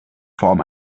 form